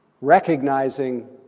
recognizing